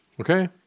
Okay